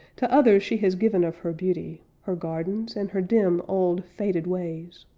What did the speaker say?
to others she has given of her beauty, her gardens, and her dim, old, faded ways,